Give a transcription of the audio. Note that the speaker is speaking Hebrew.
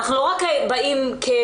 אנחנו לא רק באים כביקורת.